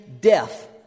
Death